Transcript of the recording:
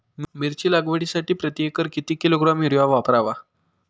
मिरची लागवडीसाठी प्रति एकर किती किलोग्रॅम युरिया वापरावा?